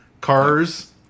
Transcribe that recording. cars